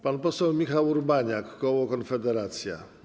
Pan poseł Michał Urbaniak, koło Konfederacja.